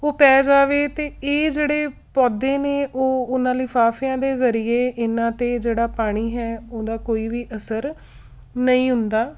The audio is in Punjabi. ਉਹ ਪੈ ਜਾਵੇ ਤਾਂ ਇਹ ਜਿਹੜੇ ਪੌਦੇ ਨੇ ਉਹ ਉਹਨਾਂ ਲਿਫਾਫਿਆਂ ਦੇ ਜ਼ਰੀਏ ਇਹਨਾਂ 'ਤੇ ਜਿਹੜਾ ਪਾਣੀ ਹੈ ਉਹਦਾ ਕੋਈ ਵੀ ਅਸਰ ਨਹੀਂ ਹੁੰਦਾ